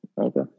Okay